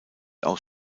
aus